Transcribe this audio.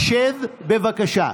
שב, בבקשה.